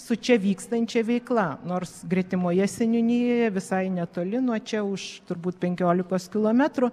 su čia vykstančia veikla nors gretimoje seniūnijoje visai netoli nuo čia už turbūt penkiolikos kilometrų